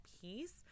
peace